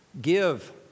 Give